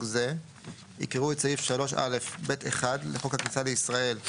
זה יקראו את סעיף 3א(ב1) לחוק הכניסה לישראל,